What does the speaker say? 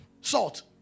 salt